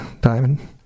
diamond